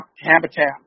habitat